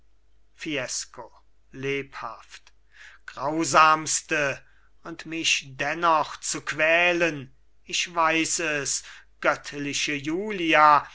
fiesco lebhaft grausamste und mich dennoch zu quälen ich weiß es göttliche julia